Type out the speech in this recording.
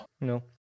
No